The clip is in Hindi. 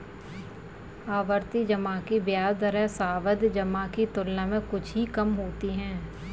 आवर्ती जमा की ब्याज दरें सावधि जमा की तुलना में कुछ ही कम होती हैं